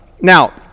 Now